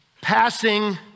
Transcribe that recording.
passing